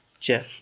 Jeff